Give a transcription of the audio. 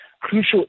crucial